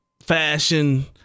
fashion